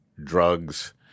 drugs